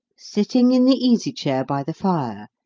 sitting in the easy-chair by the fire,